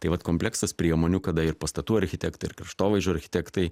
tai vat kompleksas priemonių kada ir pastatų architektai ir kraštovaizdžio architektai